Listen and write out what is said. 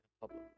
public